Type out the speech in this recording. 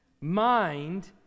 mind